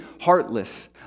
heartless